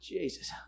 Jesus